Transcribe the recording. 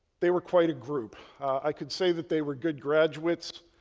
they were quite a group. i could say that they were good graduates.